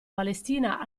palestina